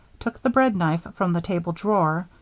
took the bread-knife from the table drawer,